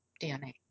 DNA